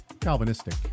Calvinistic